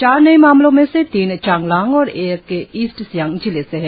चार नए मामलों में से तीन चांगलांग और एक ईस्ट सियांग जिले से है